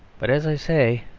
but, as i say,